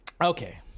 Okay